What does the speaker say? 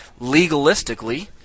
legalistically